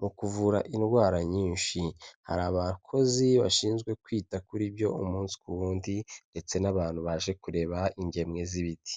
mu kuvura indwara nyinshi, hari abakozi bashinzwe kwita kuri byo umunsi ku wundi ndetse n'abantu baje kureba ingemwe z'ibiti.